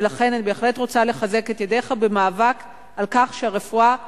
ולכן אני בהחלט רוצה לחזק את ידיך במאבק על כך שהרפואה תהיה,